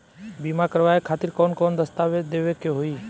बीमा करवाए खातिर कौन कौन दस्तावेज़ देवे के होई?